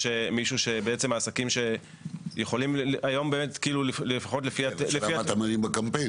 שבעצם העסקים שהיום באמת יכולים --- השאלה היא מה אתה מרים בקמפיין.